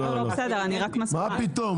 מה פתאום,